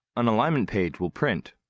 an alignment page will print.